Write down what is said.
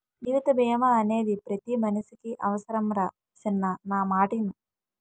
జీవిత బీమా అనేది పతి మనిసికి అవుసరంరా సిన్నా నా మాటిను